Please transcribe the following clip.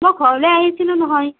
মই ঘৰলৈ আহিছিলোঁ নহয়